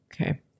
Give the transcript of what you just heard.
Okay